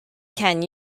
can